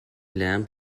lamb